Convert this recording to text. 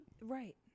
right